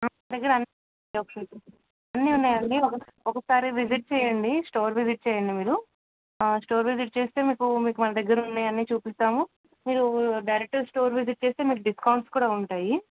మా దగ్గర అ అన్నీ ఉన్నాయండి ఒకసారి విజిట్ చేయండి స్టోర్ విజిట్ చేయండి మీరు స్టోర్ విజిట్ చేస్తే మీకు మీకు మా దగ్గర ఉన్నవన్నీ చూపిస్తాము మీరు డైరెక్ట్ స్టోర్ విజిట్ చేస్తే మీకు డిస్కౌంట్స్ కూడా ఉంటాయి